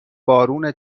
بارون